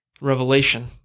Revelation